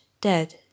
dead